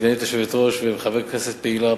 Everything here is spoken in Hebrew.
וסגנית יושב-ראש וחברת כנסת פעילה,